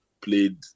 played